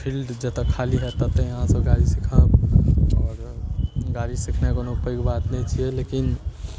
field जतऽ खाली हैत ततऽ अहाँसभ गाड़ी सीखब आओर गाड़ी सिखनाइ कोनो पैघ बात नहि छिए लेकिन